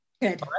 good